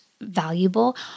valuable